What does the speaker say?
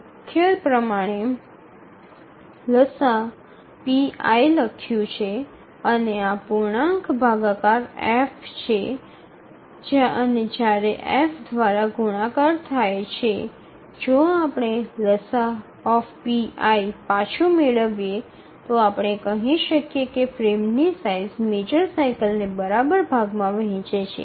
મુખ્ય આપણે લસાઅ લખ્યું છે અને આ પૂર્ણાંક ભાગાકાર f છે અને જ્યારે f દ્વારા ગુણાકાર થાય છે જો આપણે લસાઅ પાછું મેળવીએ તો આપણે કહી શકીએ કે ફ્રેમની સાઇઝ મેજર સાઇકલને બરાબર ભાગમાં વહેંચે છે